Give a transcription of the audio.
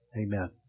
Amen